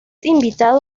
invitado